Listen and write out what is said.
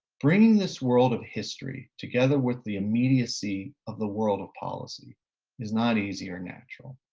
bringing this world of history together with the immediacy of the world of policy is not easy or natural.